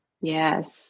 Yes